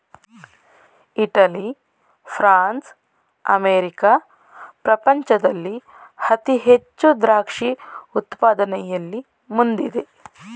Italy, France, America ಪ್ರಪಂಚದಲ್ಲಿ ಅತಿ ಹೆಚ್ಚು ದ್ರಾಕ್ಷಿ ಉತ್ಪಾದನೆಯಲ್ಲಿ ಮುಂದಿದೆ